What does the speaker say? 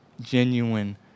genuine